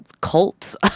cults